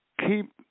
keep